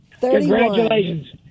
congratulations